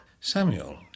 Samuel